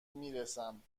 میرسم